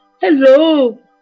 Hello